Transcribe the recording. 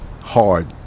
hard